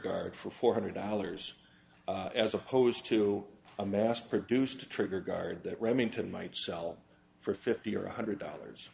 guard for four hundred dollars as opposed to a mass produced a trigger guard that remington might sell for fifty or one hundred dollars